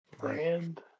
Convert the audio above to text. Brand